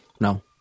No